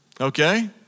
okay